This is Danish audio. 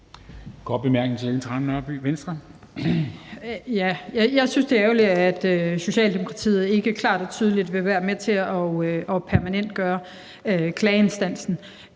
Jeg synes, det er ærgerligt, at Socialdemokratiet ikke klart og tydeligt vil være med til at permanentgøre klageinstansen.